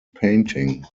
painting